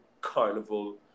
carnival